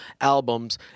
albums